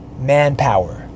manpower